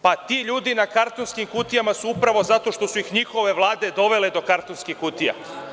Pa ti ljudi na kartonskim kutijama su upravo zato što su ih njihove vlade dovele do kartonskih kutija.